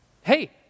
Hey